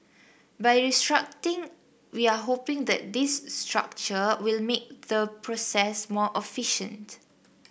by restricting we are hoping that this restructure will make the process more efficient